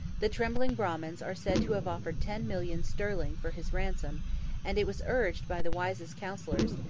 the trembling brahmins are said to have offered ten millions sterling for his ransom and it was urged by the wisest counsellors,